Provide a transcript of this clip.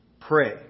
pray